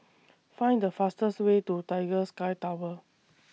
Find The fastest Way to Tiger Sky Tower